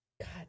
God